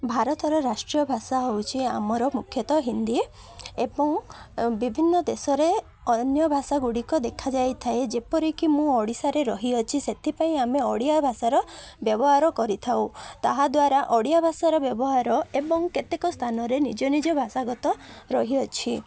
ଭାରତର ରାଷ୍ଟ୍ରୀୟ ଭାଷା ହେଉଛି ଆମର ମୁଖ୍ୟତଃ ହିନ୍ଦୀ ଏବଂ ବିଭିନ୍ନ ଦେଶରେ ଅନ୍ୟ ଭାଷା ଗୁଡ଼ିକ ଦେଖାଯାଇ ଥାଏ ଯେପରିକି ମୁଁ ଓଡ଼ିଶାରେ ରହିଅଛି ସେଥିପାଇଁ ଆମେ ଓଡ଼ିଆ ଭାଷାର ବ୍ୟବହାର କରିଥାଉ ତାହାଦ୍ୱାରା ଓଡ଼ିଆ ଭାଷାର ବ୍ୟବହାର ଏବଂ କେତେକ ସ୍ଥାନରେ ନିଜ ନିଜ ଭାଷାଗତ ରହିଅଛି